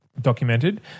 documented